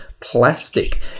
plastic